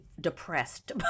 depressed